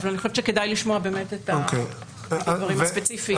אני חושבת שכדאי לשמוע את הדברים הספציפיים.